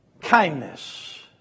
kindness